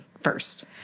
first